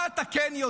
אבל מה אתה כן יודע?